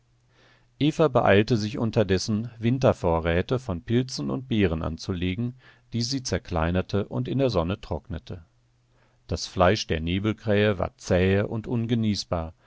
eva beeilte sich unterdessen wintervorräte von pilzen und beeren anzulegen die sie zerkleinerte und in der sonne trocknete das fleisch der nebelkrähe war zähe und ungenießbar